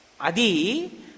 adi